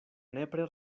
nepre